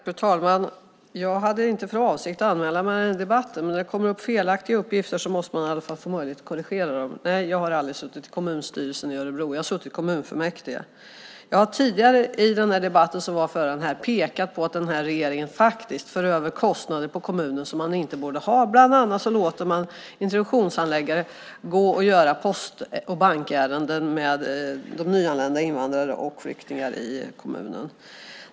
Fru talman! Jag hade inte för avsikt att delta i denna debatt, men när det kommer upp felaktiga uppgifter måste man få möjlighet att korrigera dem. Nej, jag har aldrig suttit i kommunstyrelsen i Örebro, jag har suttit i kommunfullmäktige. Jag har tidigare i dag pekat på att regeringen faktiskt för över kostnader på kommunerna som de inte borde. Bland annat låter man introduktionshandläggare gå och göra post och bankärenden med nyanlända invandrare och flyktingar i kommunen.